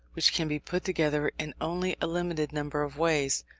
which can be put together in only a limited number of ways,